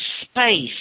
space